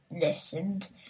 listened